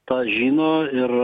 tą žino ir